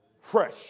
fresh